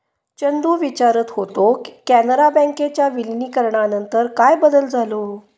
चंदू विचारत होतो, कॅनरा बँकेच्या विलीनीकरणानंतर काय बदल झालो?